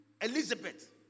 Elizabeth